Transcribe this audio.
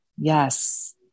Yes